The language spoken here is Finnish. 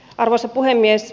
arvoisa puhemies